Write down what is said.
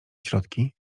środki